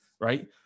Right